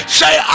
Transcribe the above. say